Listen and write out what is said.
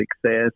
success